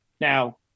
now